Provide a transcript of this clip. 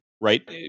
right